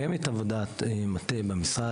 קיימת עבודת מטה במשרד.